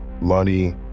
money